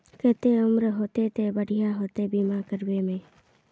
केते उम्र होते ते बढ़िया होते बीमा करबे में?